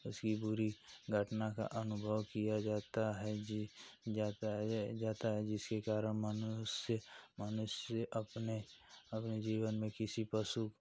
उसकी पूरी घटना का अनुभव किया जाता है जी जाता है जाता है जिसके कारण मनुष्य मनुष्य अपने अपने जीवन में किसी पशु